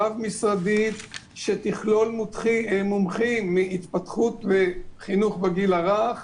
רב-משרדית שתכלול מומחים מהתפתחות וחינוך בגיל הרך,